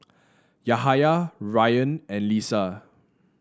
Yahaya Ryan and Lisa